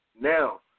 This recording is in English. Now